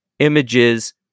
Images